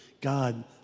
God